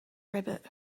rabbit